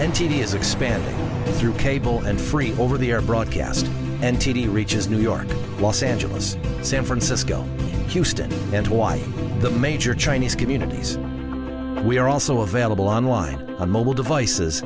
and tedious expanding through cable and free over the air broadcast and t v reaches new york los angeles san francisco houston and hawaii the major chinese communities we're also available online on mobile devices